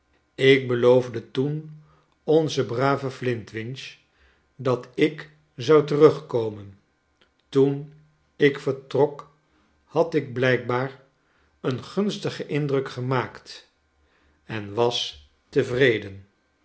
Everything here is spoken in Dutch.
ik beloofdc toen onzen brave n elintwinch dat ik zou terugkomen toen ik vertrok had ik blijkbaax een gunstigen indruk gemaakt en was tevreden